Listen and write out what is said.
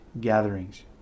gatherings